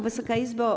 Wysoka Izbo!